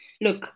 Look